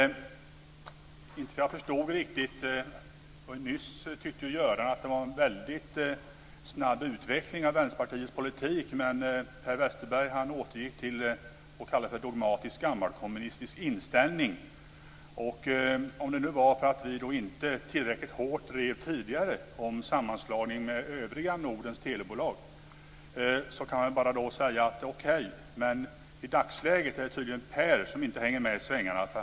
Jag förstår inte riktigt. Nyss tyckte Göran att det var en väldigt snabb utveckling av Vänsterpartiets politik men Per Westerberg återgick till att tala om en dogmatisk gammalkommunistisk inställning. Om det beror på att vi tidigare inte tillräckligt hårt drev detta med en sammanslagning med övriga Nordens telebolag kan jag då bara säga okej. I dagsläget är det tydligen Per som inte hänger med i svängarna.